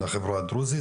לחברה הדרוזית,